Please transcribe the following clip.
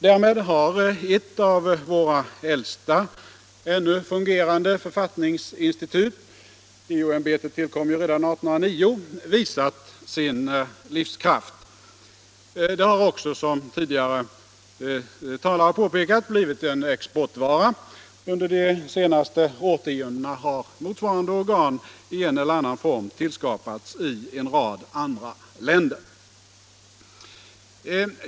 Därmed har ett av våra äldsta ännu fungerande författningsinstitut — JO-ämbetet tillkom ju redan 1809 — visat sin livskraft. Det har också, som tidigare talare påpekat, blivit en exportvara. Under de senaste årtiondena har motsvarande organ i en eller annan form tillskapats i en rad andra länder.